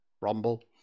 Rumble